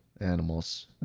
animals